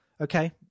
okay